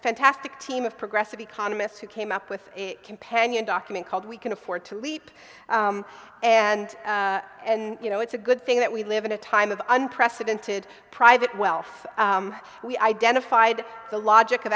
fantastic team of progressive economists who came up with a companion document called we can afford to leap and and you know it's a good thing that we live in a time of unprecedented private wealth we identified the logic